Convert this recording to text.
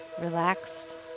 relaxed